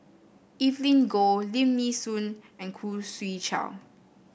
Evelyn Goh Lim Nee Soon and Khoo Swee Chiow